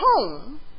home